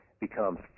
becomes